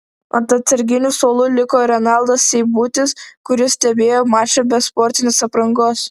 ant atsarginių suolo liko renaldas seibutis kuris stebėjo mačą be sportinės aprangos